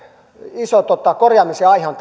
iso korjaamisen aihe on